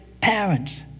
parents